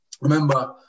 remember